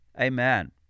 Amen